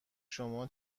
شما